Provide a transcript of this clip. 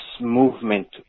movement